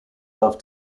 love